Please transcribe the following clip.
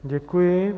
Děkuji.